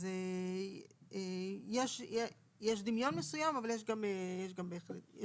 אז יש דמיון מסוים, אבל יש גם שוני.